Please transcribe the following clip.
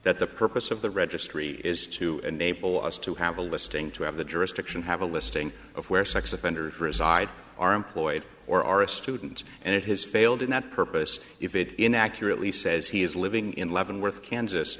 that the purpose of the registry is to enable us to have a listing to have the jurisdiction have a listing of where sex offenders reside are employed or are a student and it has failed in that purpose if it inaccurately says he is living in leavenworth kansas